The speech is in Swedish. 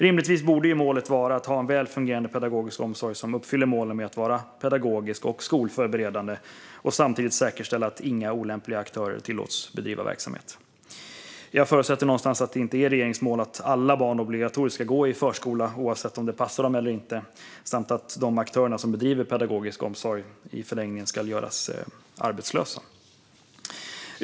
Rimligtvis borde målet vara att ha en väl fungerande pedagogisk omsorg som uppfyller målen när det gäller att vara pedagogisk och skolförberedande och att samtidigt säkerställa att inga olämpliga aktörer tillåts bedriva verksamhet. Jag förutsätter att det inte är regeringens mål att det ska vara obligatoriskt för alla barn att gå i förskola, oavsett om det passar dem eller inte, och att de aktörer som bedriver pedagogisk omsorg i förlängningen ska göras arbetslösa.